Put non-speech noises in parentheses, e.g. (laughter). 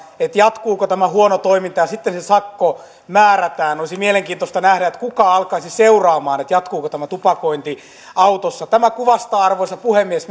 jatkuuko tämä huono toiminta ja sitten se sakko määrätään olisi mielenkiintoista nähdä kuka alkaisi seuraamaan jatkuuko tämä tupakointi autossa tämä kuvastaa arvoisa puhemies (unintelligible)